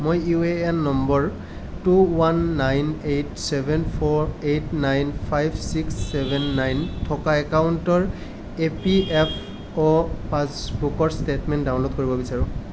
মই U A N number two one nine eight seven four eight nine five six seven nine থকা একাউণ্টৰ E P F O পাছবুকৰ statement download কৰিব বিচাৰোঁ